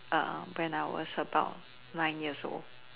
when I was about nine years old